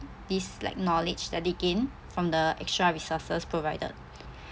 this like knowledge that they gain from the extra resources provided